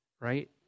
Right